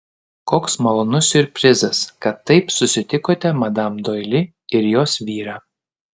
koks malonus siurprizas kad taip susitikote madam doili ir jos vyrą